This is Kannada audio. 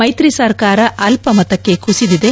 ಮೈತ್ರಿ ಸರ್ಕಾರ ಅಲ್ಪ ಮತಕ್ಕೆ ಕುಸಿದಿದೆ